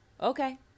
okay